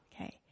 Okay